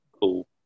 cool